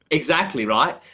exactly right.